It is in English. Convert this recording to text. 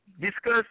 discuss